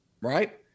right